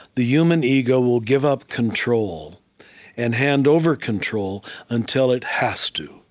the human ego will give up control and hand over control until it has to.